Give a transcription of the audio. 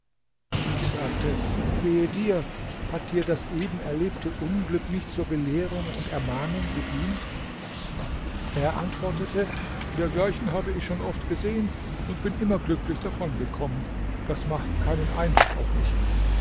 ich sagte wehe dir hat dir das eben erlebte unglück nicht zur belehrung und ermahnung gedient er antwortete dergleichen habe ich schon oft gesehen und bin immer glücklich davon gekommen das macht keinen eindruck auf mich